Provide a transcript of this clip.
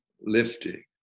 lifting